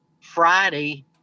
Friday